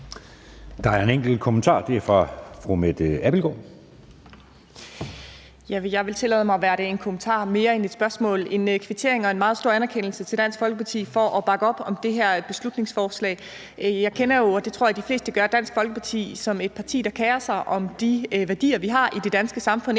fra fru Mette Abildgaard. Kl. 14:19 Mette Abildgaard (KF): Jeg vil tillade mig at lade det være en kommentar mere end et spørgsmål, altså en kvittering og en meget stor anerkendelse til Dansk Folkeparti for at bakke op om det her beslutningsforslag. Jeg kender jo – det tror jeg de fleste gør – Dansk Folkeparti som et parti, der kerer sig om de værdier, vi har i det danske samfund.